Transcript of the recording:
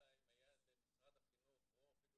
אלא אם היה אז למשרד החינוך או אפילו